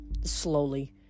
slowly